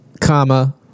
comma